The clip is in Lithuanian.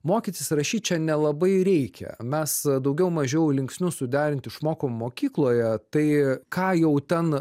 mokytis rašyt čia nelabai reikia mes daugiau mažiau linksnius suderint išmokom mokykloje tai ką jau ten